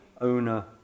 owner